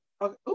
okay